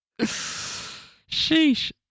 sheesh